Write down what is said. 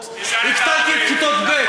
הקטנתי את כיתות ב'